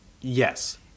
Yes